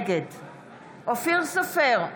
נגד אופיר סופר,